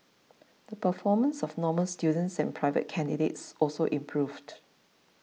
the performance of Normal students and private candidates also improved